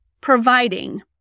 providing